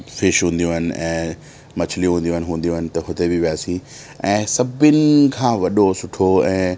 fish हुंदियूं आहिनि ऐं मछलियूं हुंदियूं आहिनि हूंदियूं आहिनि त हुते बि वियासीं ऐं सभिनि खां वॾो सुठो ऐं